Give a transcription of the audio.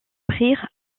prirent